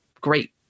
great